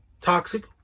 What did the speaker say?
toxic